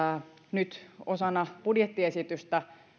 nyt osana budjettiesitystä